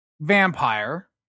vampire